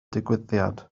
digwyddiad